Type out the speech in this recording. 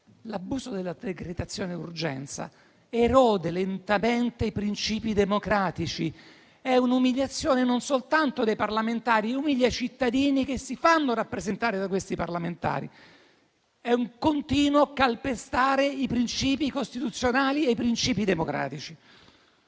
l'abuso della decretazione d'urgenza erode lentamente i principi democratici. È un'umiliazione non soltanto dei parlamentari, ma dei cittadini che si fanno rappresentare da questi parlamentari. È un continuo calpestare i princìpi costituzionali e i princìpi democratici.